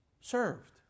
served